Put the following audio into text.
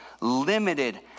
limited